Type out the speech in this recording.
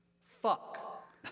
fuck